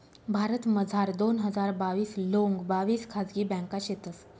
भारतमझार दोन हजार बाविस लोंग बाविस खाजगी ब्यांका शेतंस